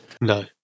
No